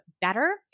better